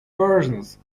versions